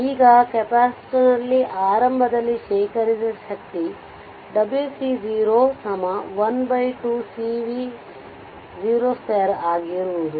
ಈಗ ಕೆಪಾಸಿಟರ್ನಲ್ಲಿ ಆರಂಭದಲ್ಲಿ ಶೇಖರಿಸಿದ ಶಕ್ತಿ wc0 12 CV02 ಆಗಿರುವುದು